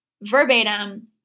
verbatim